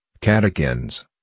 catechins